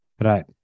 Right